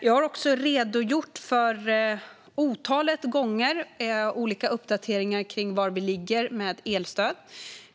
Jag har också otaliga gånger redogjort för olika uppdateringar av hur vi ligger till med elstödet.